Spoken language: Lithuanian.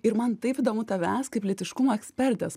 ir man taip įdomu tavęs kaip lytiškumo ekspertės